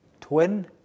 Twin